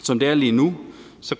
Som det er lige nu,